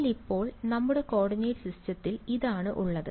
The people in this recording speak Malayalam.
എന്നാൽ ഇപ്പോൾ നമ്മുടെ കോർഡിനേറ്റ് സിസ്റ്റത്തിൽ ഇതാണ് ഉള്ളത്